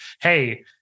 hey